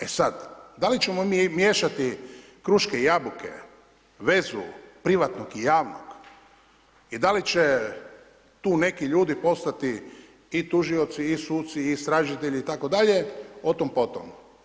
E sada, da li ćemo mi miješati kruške i jabuke, vezu privatnog i javnog i da li će tu neki ljudi postati i tužioci i suci i istražitelji itd., otom potom.